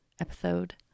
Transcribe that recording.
Episode